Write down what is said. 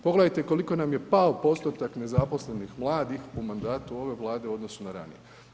Pogledajte koliko nam je pao postotak nezaposlenih mladih u mandatu ove Vlade u odnosu na ranije.